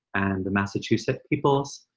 and the massachusett peoples.